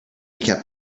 kept